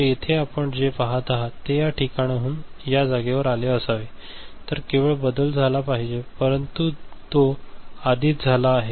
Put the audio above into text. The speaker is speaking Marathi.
तर येथे आपण जे पहात आहात ते या ठिकाणाहून या जागेवर आले असावे तर केवळ बदल झाला पाहिजे परंतु तो आधीच झाला आहे